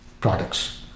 products